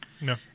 No